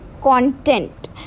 content